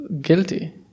guilty